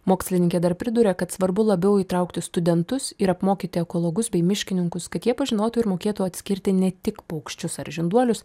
mokslininkė dar priduria kad svarbu labiau įtraukti studentus ir apmokyti ekologus bei miškininkus kad jie pažinotų ir mokėtų atskirti ne tik paukščius ar žinduolius